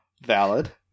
valid